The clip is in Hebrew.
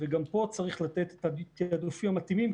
וגם פה צריך לתת את התיעדוף המתאים.